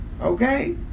Okay